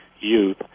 youth